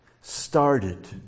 started